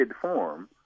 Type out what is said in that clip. form